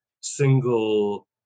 single